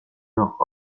leurs